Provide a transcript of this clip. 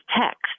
text